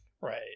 right